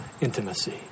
intimacy